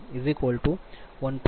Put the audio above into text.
2 0